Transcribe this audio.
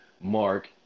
Mark